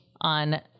on